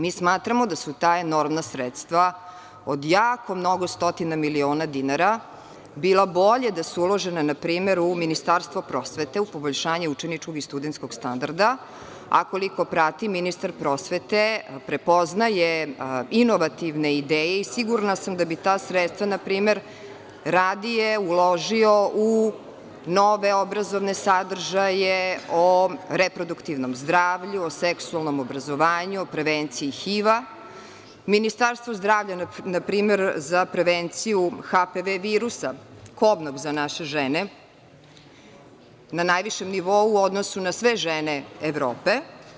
Mi smatramo da su ta enormna sredstva od jako mnogo stotina miliona dinara bila bolje da su uložena u Ministarstvo prosvete u poboljšanje učeničkog i studentskog standarda, a koliko prati ministar prosvete, prepoznaje inovativne ideje i sigurna sam da bi ta sredstva npr. radije uložio u nove obrazovne sadržaje o reproduktivnom zdravlju, o seksualnom obrazovanju, o prevenciji HIV-a, Ministarstvo zdravlja npr. za prevenciju HPV virusa, kobnog za naše žene, na najvišem nivou u odnosu na sve žene Evrope.